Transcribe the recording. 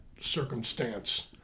circumstance